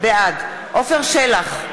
בעד עפר שלח,